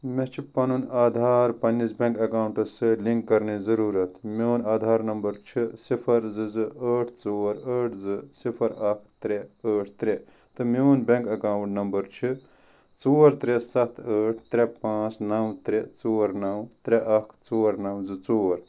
مےٚ چھُ پنُن آدھار پننِس بیٚنٛک ایٚکاونٛٹس سۭتۍ لِنٛک کرنٕچ ضروٗرت میٛون آدھار نمبر چھُ صفر زٕ زٕ ٲٹھ ژور ٲٹھ زٕ صفر اکھ ترٛےٚ ٲٹھ ترٛےٚ تہٕ میٛون بیٚنٛک ایٚکاونٛٹ نمبر چھُ ژور ترٛےٚ ستھ ٲٹھ ترٛےٚ پانٛژھ نَو ترٛےٚ ژور نَو ترٛےٚ اکھ ژور نَو زٕ ژور